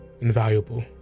invaluable